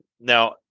Now